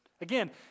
Again